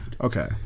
Okay